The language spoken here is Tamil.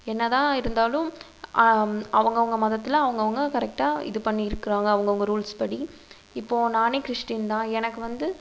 என்ன தான் இருந்தாலும் அவங்கவுங்க மதத்தில் அவங்கவுங்க கரெக்டாக இது பண்ணி இருக்கிறாங்க அவங்கவுங்க ரூல்ஸ் படி இப்போது நானே கிறிஷ்டின் தான் எனக்கு வந்து